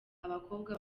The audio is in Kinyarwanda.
abakobwa